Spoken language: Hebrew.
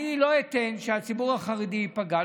אני לא אתן שהציבור החרדי ייפגע.